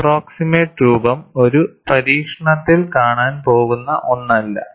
approximate രൂപം ഒരു പരീക്ഷണത്തിൽ കാണാൻ പോകുന്ന ഒന്നല്ല